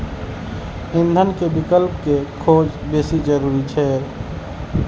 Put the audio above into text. ईंधन के विकल्प के खोज बेसी जरूरी छै